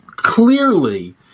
Clearly